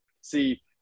see